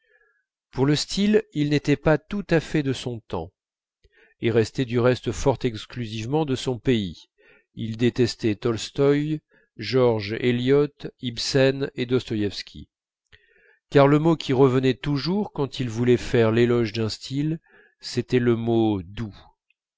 pour le style il n'était pas tout à fait de son temps et restait du reste fort exclusivement de son pays il détestait tolstoï george eliot ibsen et dostoïewski car le mot qui revenait toujours quand il voulait faire l'éloge d'un style c'était le mot doux